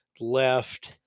left